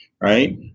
right